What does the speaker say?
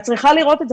את צריכה לראות את זה,